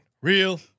real